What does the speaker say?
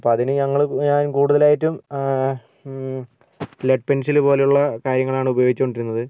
അപ്പോൾ അതിന് ഞങ്ങൾ ഞാൻ കൂടുതലായിട്ടും ലെഡ് പെന്സില് പോലുള്ള കാര്യങ്ങളാണ് ഉപയോഗിച്ചോണ്ടിരുന്നത്